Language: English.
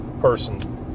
person